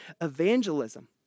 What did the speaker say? evangelism